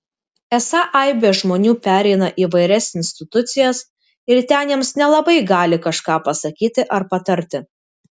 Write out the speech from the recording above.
esą aibė žmonių pereina įvairias institucijas ir ten jiems nelabai gali kažką pasakyti ar patarti